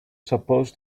supposed